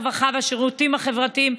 הרווחה והשירותים החברתיים,